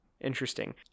Interesting